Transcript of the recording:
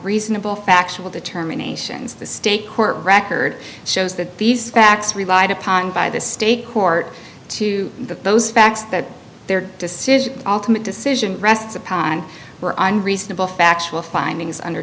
reasonable factual determination of the state court record shows that these facts revive upon by the state court to the those facts that their decision ultimately decision rests upon her on reasonable factual findings under